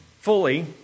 fully